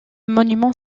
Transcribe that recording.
monument